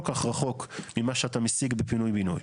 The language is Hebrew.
כך רחוק ממה שאתה משיג בפינוי בינוי.